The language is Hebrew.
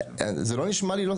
זה לא נשמע לי.